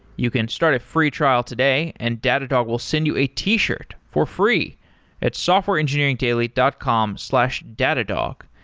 you can start a free trial today and datadog will send you a t-shirt for free at softwareengineeringdaily dot com slash datadog.